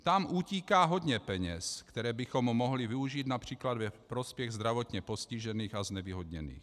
Tam utíká hodně peněz, které bychom mohli využít například ve prospěch zdravotně postižených a znevýhodněných.